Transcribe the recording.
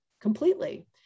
completely